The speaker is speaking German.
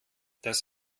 das